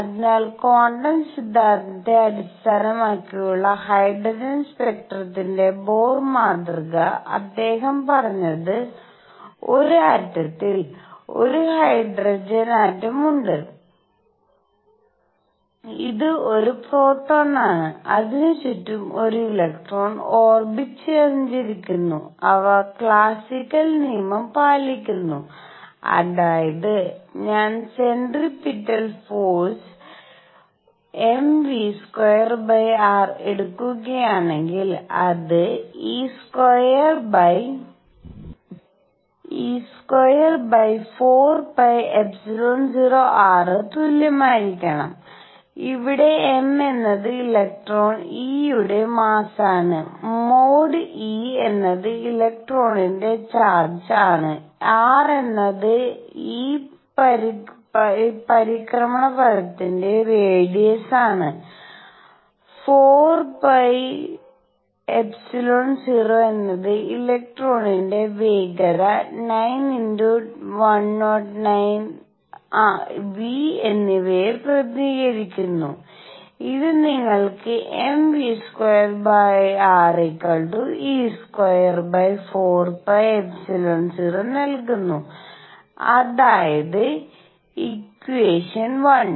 അതിനാൽ ക്വാണ്ടം സിദ്ധാന്തത്തെ അടിസ്ഥാനമാക്കിയുള്ള ഹൈഡ്രജൻ സ്പെക്ട്രത്തിന്റെ ബോർ മാതൃക അദ്ദേഹം പറഞ്ഞത് ഒരു ആറ്റത്തിൽ ഒരു ഹൈഡ്രജൻ ആറ്റമുണ്ട് ഇത് ഒരു പ്രോട്ടോണാണ് അതിന് ചുറ്റും ഒരു ഇലക്ട്രോൺ ഓർബിറ്റിൽ സഞ്ചരിക്കുന്നു അവ ക്ലാസിക്കൽ നിയമം പാലിക്കുന്നു അതായത് ഞാൻ സെന്ററിപിറ്റൽ ഫോഴ്സ് mv2r എടുക്കുകയാണെങ്കിൽ അത് e²4πε₀r ന് തുല്യമായിരിക്കണം അവിടെ m എന്നത് ഇലക്ട്രോൺ e യുടെ മസ്സാണ് മോഡ് e എന്നത് ഇലക്ട്രോണിന്റെ ചാർജ് ആണ് r എന്നത് ഈ പരിക്രമണപഥത്തിന്റെ റെഡിസ് ആണ് 4πϵ₀ എന്നത് ഇലക്ട്രോണിന്റെ വേഗത 9 × 109 v എന്നിവയെ പ്രതിനിധീകരിക്കുന്നു ഇത് നിങ്ങൾക്ക് m v²re²4πε₀ നൽകുന്നു അതായത് ഇക്യുയേഷൻ 1